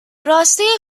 راسته